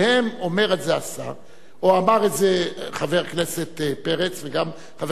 אומר את זה השר או אמר את זה חבר הכנסת פרץ וגם חבר הכנסת גילאון,